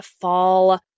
fall